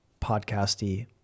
podcasty